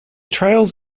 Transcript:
trails